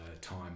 time